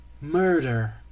murder